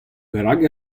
perak